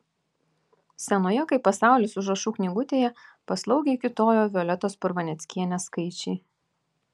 senoje kaip pasaulis užrašų knygutėje paslaugiai kiūtojo violetos purvaneckienės skaičiai